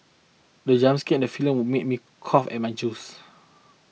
the jump scare in the film made me cough out my juice